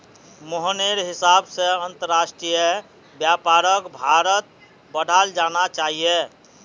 मोहनेर हिसाब से अंतरराष्ट्रीय व्यापारक भारत्त बढ़ाल जाना चाहिए